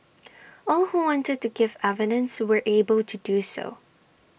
all who wanted to give evidence were able to do so